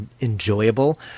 enjoyable